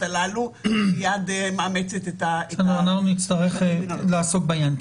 הללו --- אנחנו נצטרך לעסוק בעניין.